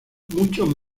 muchos